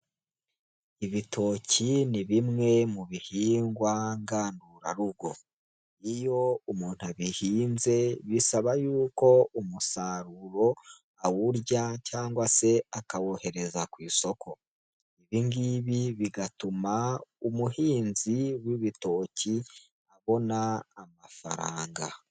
Ibitoki ni bimwe mu bihingwa ngandurarugo. Iyo umuntu abihinze bisaba yuko umusaruro awurya cyangwa se akawohereza ku isoko. Ibi ngibi bigatuma umuhinzi w'ibitoki abona amafaranga.